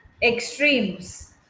extremes